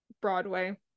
Broadway